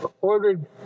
ordered